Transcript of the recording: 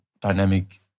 dynamic